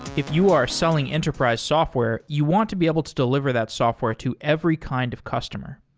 if you are selling enterprise software, you want to be able to deliver that software to every kind of customer.